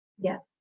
Yes